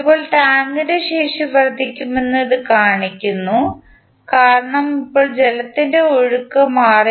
ഇപ്പോൾ ടാങ്കിൻറെ ശേഷി വർദ്ധിക്കുമെന്ന് ഇത് കാണിക്കും കാരണം ഇപ്പോൾ ജലത്തിൻറെ ഒഴുക്ക് മാറി